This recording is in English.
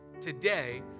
today